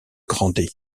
grandet